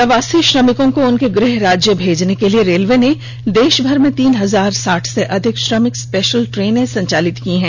प्रवासी श्रमिकों को उनके गृह राज्य भेजने के लिए रेलवे ने देशमर में तीन हजार साठ से अधिक श्रमिक स्पेशल रेलगांडियां संचालित की हैं